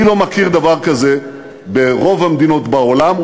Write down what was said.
אני לא מכיר דבר כזה ברוב המדינות בעולם,